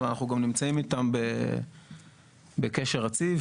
אבל אנחנו גם נמצאים איתם בקשר רציף,